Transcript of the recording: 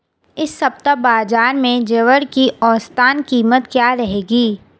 इस सप्ताह बाज़ार में ज्वार की औसतन कीमत क्या रहेगी?